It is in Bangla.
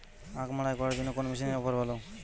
আখ মাড়াই করার জন্য কোন মেশিনের অফার ভালো?